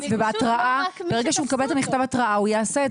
ברגע שהוא מקבל את מכתב ההתראה, הוא יעשה את זה.